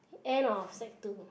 end of sec-two